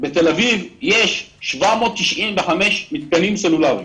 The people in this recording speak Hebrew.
בתל אביב יש 795 מתקנים סלולריים.